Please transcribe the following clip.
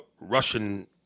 Russian